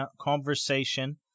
conversation